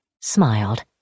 smiled